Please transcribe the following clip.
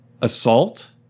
assault